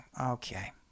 Okay